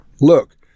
Look